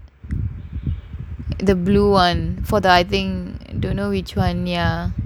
the blue [one] for I think don't know which [one] ya